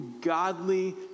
godly